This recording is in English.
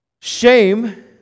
Shame